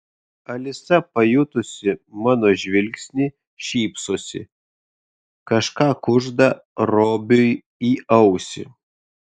alisa pajutusi mano žvilgsnį šypsosi kažką kužda robiui į ausį